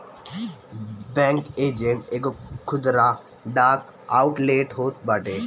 banking agent एगो खुदरा डाक आउटलेट होत बाटे